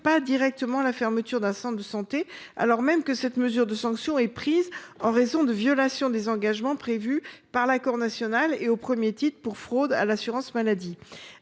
pas directement la fermeture d’un centre de santé alors même que cette sanction est prise en raison de la violation des engagements prévus par l’accord national, en premier lieu pour fraude à l’assurance maladie.